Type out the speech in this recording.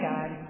God